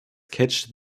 catch